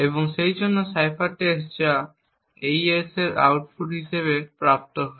এবং সেইজন্য cipher text যা AES এর আউটপুট হিসাবে প্রাপ্ত হয়